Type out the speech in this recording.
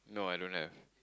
no I don't have